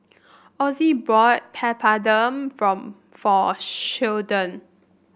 Ossie bought Papadum from for Sheldon